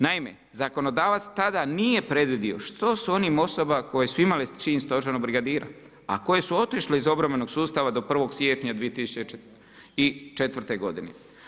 Naime, zakonodavac tada nije predvidio što s onim osobama koje su imale čin stožernog brigadira a koje su otišle iz obrambenog sustava do 1. siječnja 2004. godine.